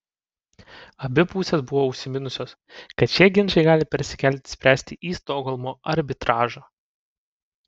abi pusės buvo užsiminusios kad šie ginčai gali persikelti spręsti į stokholmo arbitražą